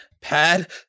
pad